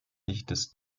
dichtes